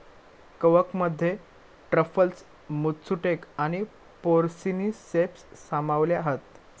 कवकमध्ये truffles, matsutake आणि porcini ceps सामावले हत